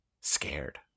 Scared